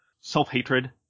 self-hatred